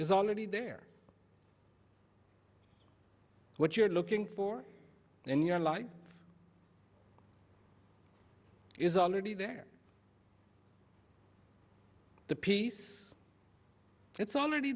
is already there what you're looking for in your life is already there the piece it's already